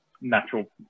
natural